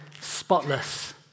spotless